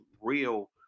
real